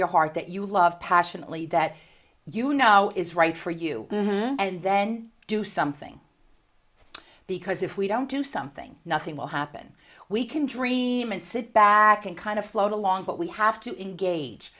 your heart that you love passionately that you know is right for you and then do something because if we don't do something nothing will happen we can dream and sit back and kind of float along but we have to engage